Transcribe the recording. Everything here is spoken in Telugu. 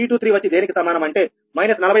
P23 వచ్చి దేనికి సమానం అంటే మైనస్ 49